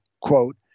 quote